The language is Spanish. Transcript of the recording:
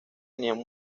tenían